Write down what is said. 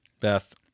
Beth